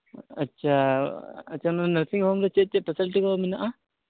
ᱟᱪᱪᱷᱟ ᱟᱪᱪᱷᱟ ᱱᱚᱣᱟ ᱱᱟᱨᱥᱤᱝ ᱦᱳᱢ ᱨᱮᱫᱚ ᱪᱮᱫ ᱪᱮᱫ ᱯᱷᱮᱥᱮᱞᱤᱴᱤ ᱠᱚ ᱢᱮᱱᱟᱜᱼᱟ